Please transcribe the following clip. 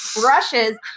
brushes